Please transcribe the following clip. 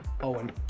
Owen